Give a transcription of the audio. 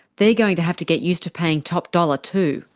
they're going to have to get used to paying top dollar too.